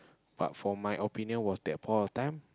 but for my opinion was that point of time